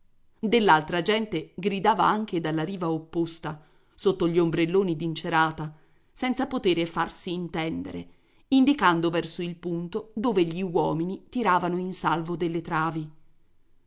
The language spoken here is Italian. dell'altra gente gridava anche dalla riva opposta sotto gli ombrelloni d'incerata senza potere farsi intendere indicando verso il punto dove gli uomini tiravano in salvo delle travi